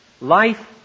life